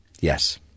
Yes